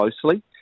closely